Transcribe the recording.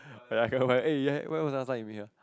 I cannot find eh ya when was your last time you meet her